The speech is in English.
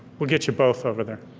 we'll get you both over there.